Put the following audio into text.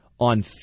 On